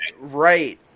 right